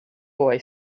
boy